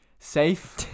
safe